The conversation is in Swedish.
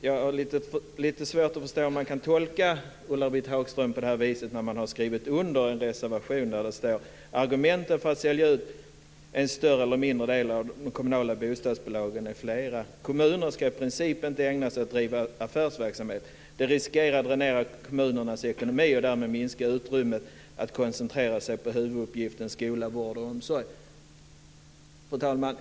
Jag har lite svårt att förstå hur man kan tolka Ulla-Britt Hagström på det viset, när Kristdemokraterna har skrivit under en reservation där det står: Argumenten för att sälja ut en större eller mindre del av de kommunala bostadsbolagen är flera. Kommuner ska i princip inte ägna sig åt att driva affärsverksamhet. Det riskerar att dränera kommunernas ekonomi och därmed att minska utrymmet att koncentrera sig på huvuduppgiften skola, vård och omsorg. Fru talman!